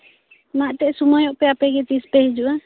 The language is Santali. ᱢᱟ ᱮᱱᱛᱮᱫ ᱟᱯᱮᱜᱮ ᱥᱳᱢᱚᱭᱚᱜ ᱯᱮ ᱟᱯᱮ ᱜᱮ ᱛᱤᱥ ᱯᱮ ᱯᱤᱡᱩᱜᱼᱟ